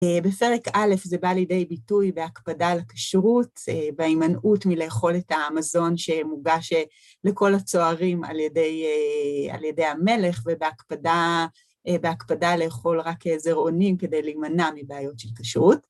בפרק א', זה בא לידי ביטוי בהקפדה על כשרות, בהימנעות מלאכול את המזון שמוגש לכל הצוערים על ידי המלך, ובהקפדה לאכול רק זרעונים כדי להימנע מבעיות של כשרות.